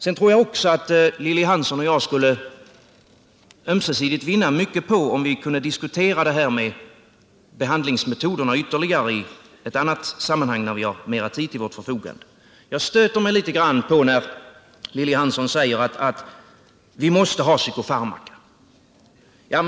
Jag tror också att Lilly Hansson och jag skulle vinna mycket på om vi kunde diskutera behandlingsmetoderna mera ingående i ett annat sammanhang när vi har mera tid till förfogande. Jag reagerar litet mot att Lilly Hansson säger att vi måste ha psykofarmaka.